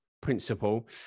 principle